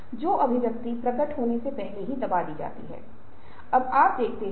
और अगर यह परिवर्तन शुरू करता है तो यह प्रतिस्पर्धी लाभ बढ़ेगा